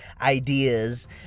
ideas